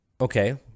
Okay